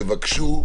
תבקשו,